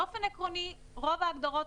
באופן עקרונית רוב ההגדרות,